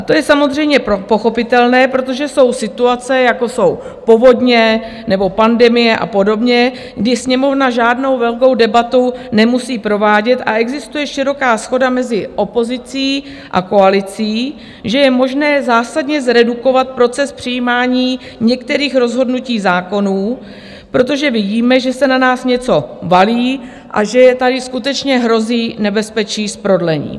To je samozřejmě pochopitelné, protože jsou situace, jako jsou povodně nebo pandemie a podobně, kdy Sněmovna žádnou velkou debatu nemusí provádět a existuje široká shoda mezi opozicí a koalicí, že je možné zásadně zredukovat proces přijímání některých rozhodnutí zákonů, protože vidíme, že se na nás něco valí a že tady skutečně hrozí nebezpečí z prodlení.